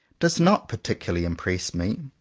does not particularly impress me.